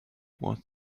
was